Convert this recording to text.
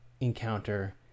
encounter